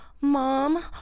mom